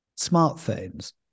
smartphones